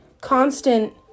constant